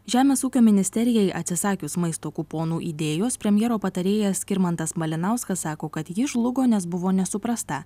žemės ūkio ministerijai atsisakius maisto kuponų idėjos premjero patarėjas skirmantas malinauskas sako kad ji žlugo nes buvo nesuprasta